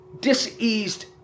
diseased